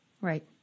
Right